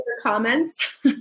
comments